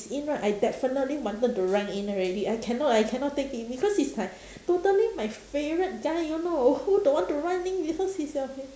in right I definitely wanted to rank in already I cannot I cannot take it because he's like totally my favourite guy you know who don't want to rank in because he's a